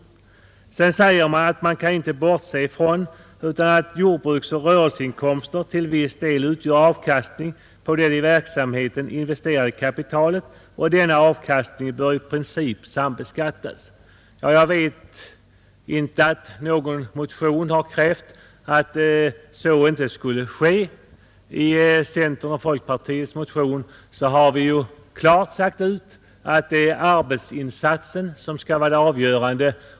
Sedan säger utskottet att man inte kan ”bortse från att jordbruksoch rörelseinkomster till viss del utgör avkastning på det i verksamheten investerade kapitalet, och denna avkastning bör i princip sambeskattas”. Ja, jag vet inte att någon motion har krävt att så inte skulle ske. I centerns och folkpartiets motion har vi ju klart sagt att det är arbetsinsatsen som skall vara avgörande.